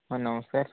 ହଁ ନମସ୍କାର